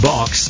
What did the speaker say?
Box